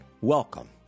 Welcome